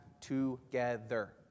together